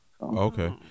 okay